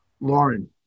Lauren